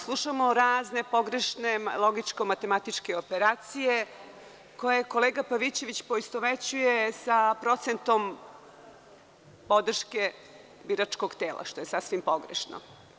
Slušamo razne pogrešne logičko matematičke operacije, koje kolega Pavićević poistovećuje sa procentom podrške biračkog tela, što je sasvim pogrešno.